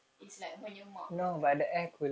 it's like mana mak punya hal